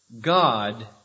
God